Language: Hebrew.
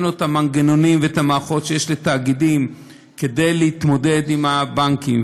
אין לו המנגנונים והמערכות שיש לתאגידים כדי להתמודד עם הבנקים,